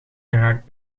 geraakt